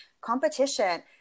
competition